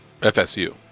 FSU